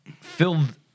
filled